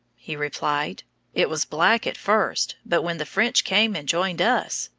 he replied it was black at first, but when the french came and joined us,